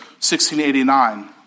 1689